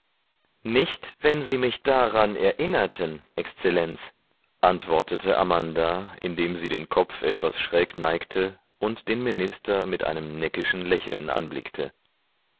nicht wenn sie mich daran erinnerten exzellenz antwortete amanda indem sie den kopf etwas schräg neigte und den minister mit einem neckischen lächeln anblickte